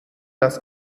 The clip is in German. das